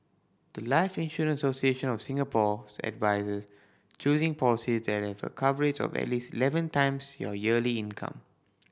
the life Insurance Association of Singapore's advises choosing policies that have a coverage of at least eleven times your yearly income